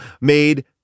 made